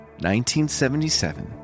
1977